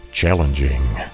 Challenging